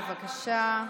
בבקשה.